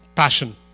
passion